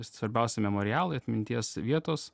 svarbiausi memorialai atminties vietos